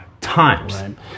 times